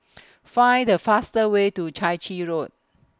Find The fastest Way to Chai Chee Road